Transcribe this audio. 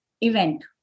event